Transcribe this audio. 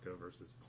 versus